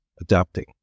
adapting